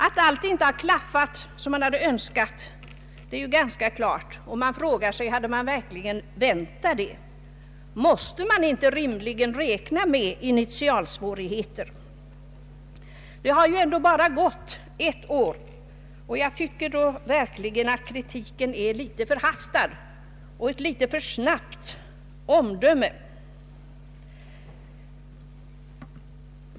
Att allt inte har klaffat som man hade önskat är ganska klart, och frågan är om man verkligen hade väntat det. Måste man inte rimligen räkna med initialsvårigheter? Det har ändå bara gått ett år. Jag tycker verkligen att kritiken i detta avseende är litet förhastad och att alltför snabba omdömen har fällts.